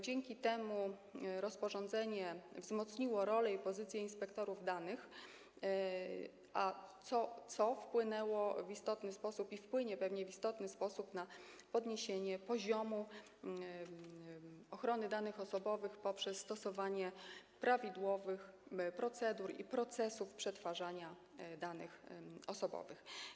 Dzięki temu rozporządzenie wzmocniło rolę i pozycję inspektorów danych, co wpłynęło i pewnie wpłynie w istotny sposób na podniesienie poziomu ochrony danych osobowych poprzez stosowanie prawidłowych procedur i procesów przetwarzania danych osobowych.